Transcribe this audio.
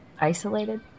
Isolated